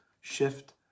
shift